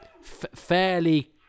fairly